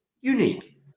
unique